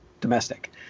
domestic